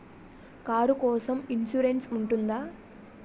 Car కోసం insurance ఉంటుందా?